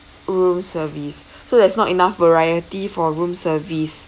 room service so there's not enough variety for room service